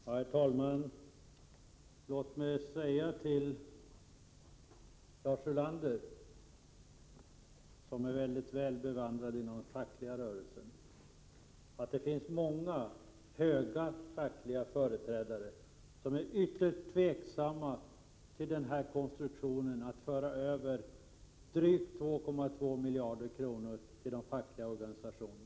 Herr talman! Låt mig säga till Lars Ulander, som är väl bevandrad inom fackföreningsrörelsen, att det finns många höga fackliga företrädare som är ytterst tveksamma till konstruktionen att föra över drygt 2,2 miljarder till de fackliga organisationerna.